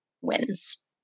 wins